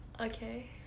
Okay